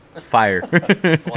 fire